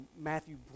Matthew